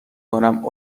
کنم